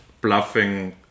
bluffing